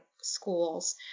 schools